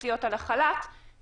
הוציא אותה לחל"ת עכשיו,